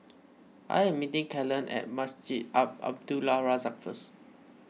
I am meeting Kalen at Masjid Al Abdul Razak first